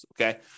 okay